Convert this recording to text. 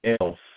else